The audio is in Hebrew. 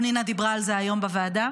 פנינה דיברה על זה היום בוועדה.